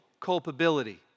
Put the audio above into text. culpability